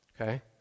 Okay